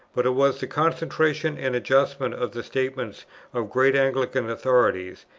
but it was the concentration and adjustment of the statements of great anglican authorities,